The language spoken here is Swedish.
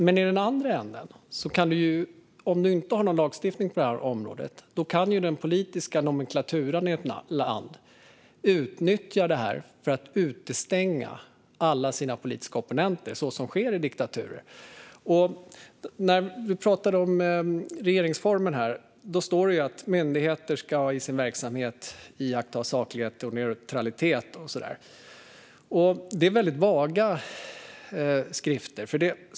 Men om det inte finns någon lagstiftning på detta område kan, i den andra änden, den politiska nomenklaturan i ett land utnyttja detta för att utestänga alla sina politiska opponenter, så som sker i diktaturer. Det talas om regeringsformen här. Där står det att myndigheter i sin verksamhet ska iaktta saklighet och neutralitet. Det är väldigt vaga skrivningar.